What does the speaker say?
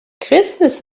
christmas